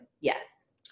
Yes